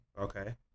Okay